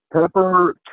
Pepper